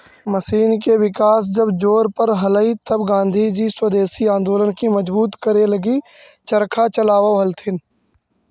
machine के विकास जब जोर पर हलई तब गाँधीजी स्वदेशी आंदोलन के मजबूत करे लगी चरखा चलावऽ हलथिन